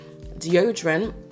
deodorant